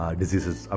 diseases